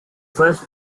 first